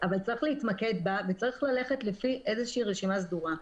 אבל צריך להתמקד בה וצריך ללכת לפי איזו שהיא רשימה סדורה.